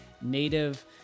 Native